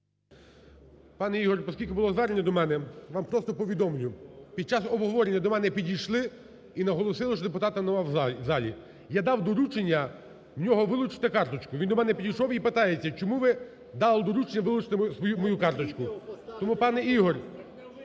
Пане Ігорю, оскільки було звернення до мене, вам просто повідомлю. Під час обговорення до мене підійшли і наголосили, що депутата немає в залі. Я дав доручення в нього вилучити карточку. Він до мене підійшов і питається: чому ви дали доручення вилучити мою карточку? Тому, пане Ігорю,